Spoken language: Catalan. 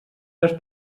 les